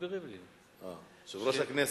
ירדנה, הוא כל הזמן אומר "מזכיר הכנסת".